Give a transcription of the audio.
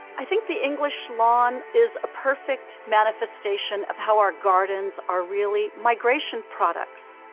i think the english lawn is a perfect manifestation of how our gardens are really migration products.